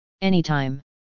anytime